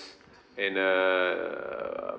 and err